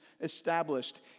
established